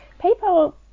people